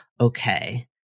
okay